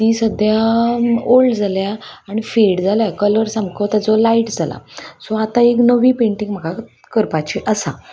ती सद्द्या ओल्ड जाल्या आनी फेड जाल्या कलर सामको तजो लायट जाला सो आतां एक नवी पेंटींग म्हाका करपाची आसा